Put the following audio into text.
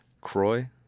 Croy